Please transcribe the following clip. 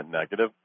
negative